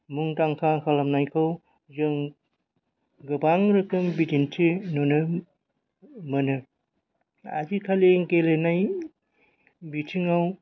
मुंदांखा खालामनायखौ जों गोबां रोखोम बिदिन्थि नुनो मोनो आजिखालि गेलेनाय बिथिङाव